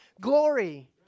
glory